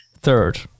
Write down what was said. Third